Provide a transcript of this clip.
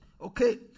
Okay